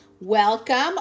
Welcome